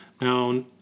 Now